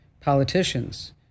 politicians